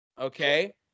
Okay